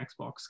Xbox